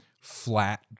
flat